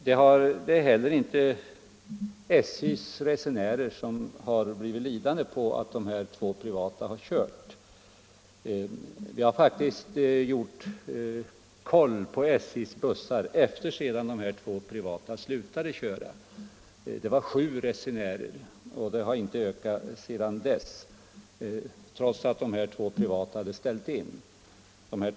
Det är heller inte SJ som blivit lidande på att de här två privata bussföretagen har kört. Jag har faktiskt gjort en koll på SJ:s bussar efter det att de två privata bussföretagen slutade att köra. Det var sju resenärer. Antalet hade inte ökat genom att de privata företagen fått ställa in sina turer.